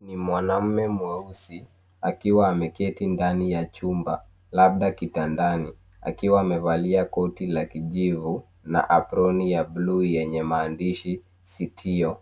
Ni mwanamume mweusi, akiwa ameketi ndani ya chumba, labda kitandani, akiwa amevalia koti la kijivu, na aproni ya bluu yenye maandishi citiyo.